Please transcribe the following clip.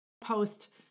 post